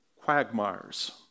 quagmires